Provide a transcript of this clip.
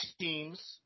teams